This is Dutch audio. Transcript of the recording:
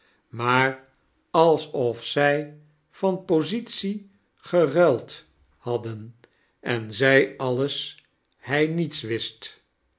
maar alsof zij van positie geruild hadden en zij alles hij niets wist